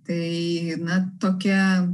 tai na tokia